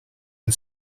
and